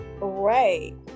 Right